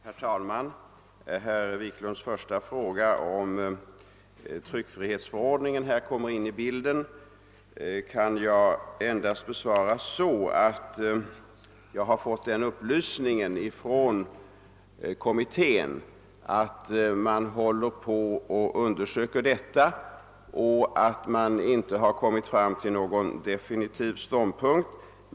Herr talman! Herr Wiklunds första fråga, om tryckfrihetsförordningen här kommer in i bilden, kan jag endast besvara så, att jag har fått den upplysningen från kommittén att den håller på att undersöka detta men inte har kommit fram till någon definitiv ståndpunkt.